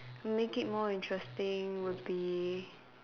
to make it more interesting it will be